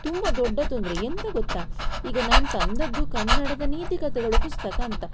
ತುಂಬ ದೊಡ್ಡ ತೊಂದರೆ ಎಂಥ ಗೊತ್ತಾ ಈಗ ನಾನು ತಂದದ್ದು ಕನ್ನಡದ ನೀತಿಕತೆಗಳು ಪುಸ್ತಕ ಅಂತ